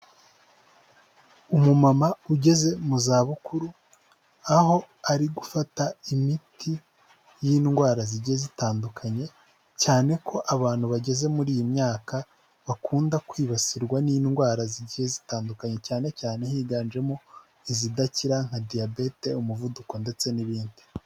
Umumama ugeze mu za bukuru aho ari gufata imiti y'indwara zigiya zitandukanye cyane ko abantu bageze muri iyi myaka bakunda kwibasirwa n'indwara zigiye zitandukanye cyane cyane higanjemo izidakira nka diyabete, umuvuduko ndetse n'ibindi.